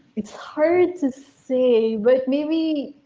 it's hard to say but maybe.